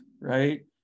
right